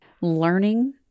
learning